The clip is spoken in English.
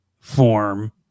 form